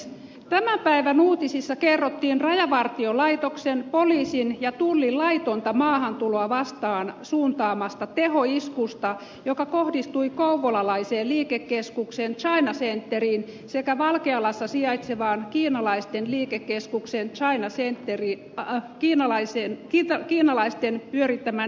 tämän päivän uutisissa kerrottiin rajavartiolaitoksen poliisin ja tullin laitonta maahantuloa vastaan suuntaamasta tehoiskusta joka kohdistui kouvolalaiseen liikekeskukseen china centeriin sekä valkealassa sijaitsevaan kiinalaistenliikekeskuksen taina sentteri kiinalaisen di kiinalaisten pyörittämään hyvinvointikeskukseen